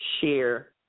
share